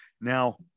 Now